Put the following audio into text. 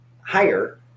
higher